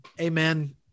Amen